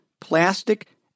plastic